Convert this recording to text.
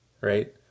right